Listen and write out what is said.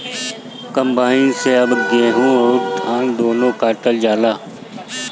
combine से अब गेहूं अउर धान दूनो काटल जाला